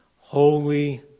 holy